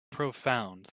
profound